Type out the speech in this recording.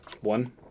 One